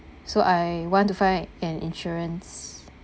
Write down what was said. so I want to find an insurance